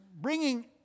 bringing